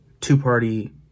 two-party